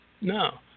No